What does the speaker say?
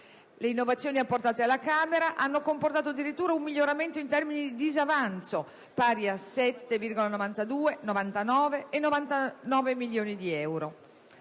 Le innovazioni apportate alla Camera hanno comportato addirittura un miglioramento in termini di disavanzo pari a 7 milioni di euro